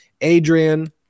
Adrian